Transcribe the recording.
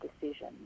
decision